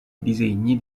disegni